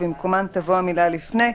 במקומן תבוא המילה: לפני.